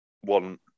one